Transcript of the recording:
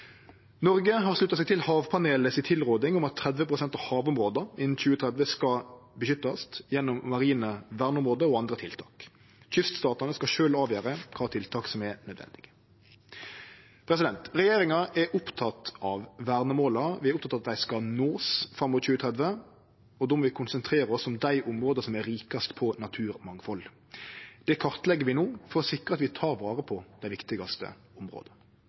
Noreg har slutta seg til havpanelet si tilråding om at 30 pst. av havområda innan 2030 skal beskyttast gjennom marine verneområde og andre tiltak. Kyststatane skal sjølve avgjere kva tiltak som er nødvendige. Regjeringa er oppteken av vernemåla. Vi er opptekne av å nå desse måla fram mot 2030, og då må vi konsentrere oss om dei områda som er rikast på naturmangfald. Det kartlegg vi no, for å sikre at vi tek vare på dei viktigaste